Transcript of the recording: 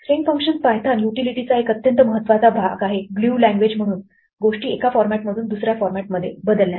string functions Python युटिलिटीचा एक अत्यंत महत्वाचा भाग आहे ग्लू लँग्वेज म्हणून गोष्टी एका फॉरमॅटमधून दुसऱ्या फॉरमॅटमध्ये बदलण्यासाठी